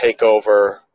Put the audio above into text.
takeover